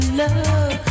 love